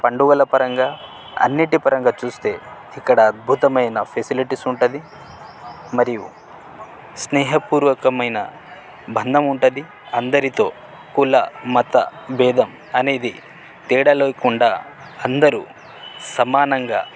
పండుగల పరంగా అన్నిటి పరంగా చూస్తే ఇక్కడ అద్భుతమైన ఫెసిలిటీస్ ఉంటుంది మరియు స్నేహపూర్వకమైన బంధం ఉంటుంది అందరితో కుల మత బేదం అనేది తేడాలేకుండా అందరూ సమానంగా